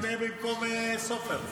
אני עונה במקום סופר.